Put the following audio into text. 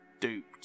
duped